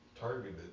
targeted